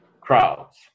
crowds